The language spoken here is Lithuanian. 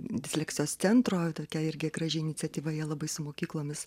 disleksijos centro tokia irgi graži iniciatyva jie labai su mokyklomis